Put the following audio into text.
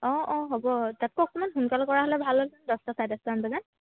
অঁ অঁ হ'ব তাতকৈ অকণমান সোনকাল কৰা হ'লে ভাল আছিল দহটা চাৰে দহটামান বজাত